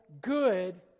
good